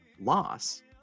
loss